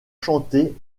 chanter